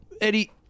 Eddie